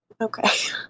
okay